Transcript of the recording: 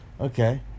Okay